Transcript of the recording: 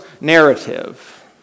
narrative